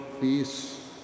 peace